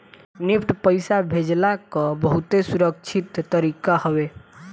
NEFT पईसा भेजला कअ बहुते सुरक्षित तरीका हवे